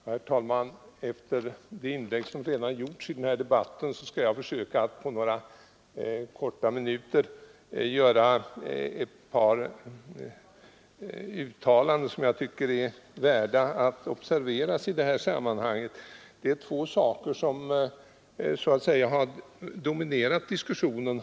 Herr talman! Efter de inlägg som redan gjorts skall jag försöka att på några minuter uttala mig på ett par punkter som jag anser är värda att observeras i detta sammanhang. Två saker har dominerat diskussionen.